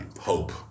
hope